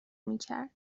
میکرد